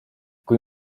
kui